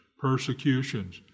persecutions